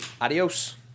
Adios